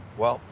well,